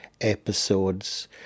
episodes